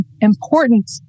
important